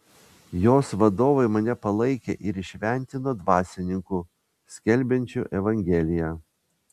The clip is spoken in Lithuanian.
jos vadovai mane palaikė ir įšventino dvasininku skelbiančiu evangeliją